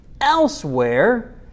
elsewhere